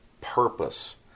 purpose